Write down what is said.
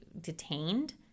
detained